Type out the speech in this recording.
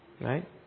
Right